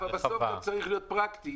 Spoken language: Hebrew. אבל בסוף גם צריך להיות פרקטי.